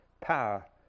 power